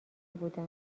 بودم